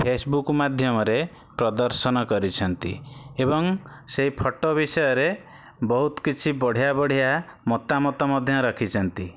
Facebook ମାଧ୍ୟମରେ ପ୍ରଦର୍ଶନ କରିଛନ୍ତି ଏବଂ ସେଇ ଫଟୋ ବିଷୟରେ ବହୁତ କିଛି ବଢ଼ିଆ ବଢ଼ିଆ ମତାମତ ମଧ୍ୟ ରଖିଛନ୍ତି